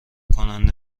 کننده